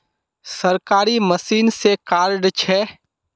सरकारी मशीन से कार्ड छै?